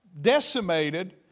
decimated